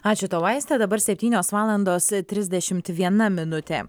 ačiū tau aistė dabar septynios valandos trisdešimt viena minutė